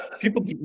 People